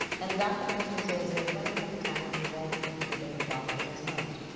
and dr. fuster says there's gonna come a time when you won't need the beta blockers as much,